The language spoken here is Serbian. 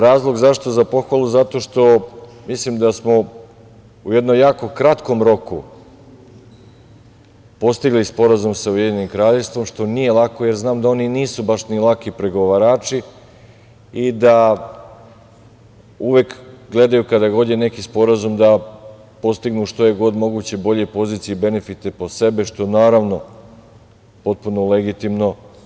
Razlog zašto za pohvalu, zato što mislim da smo u jednom jako kratkom roku postigli sporazum sa Ujedinjenim Kraljevstvom, što nije lako, jer znam da oni nisu baš ni laki pregovarači i da uvek gledaju kada god je neki sporazum da postignu što je god moguće bolje pozicije i benefite po sebe, što je, naravno, potpuno legitimno.